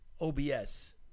OBS